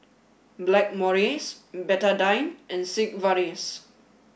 Blackmores Betadine and Sigvaris